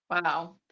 Wow